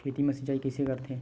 खेत मा सिंचाई कइसे करथे?